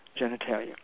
genitalia